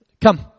Come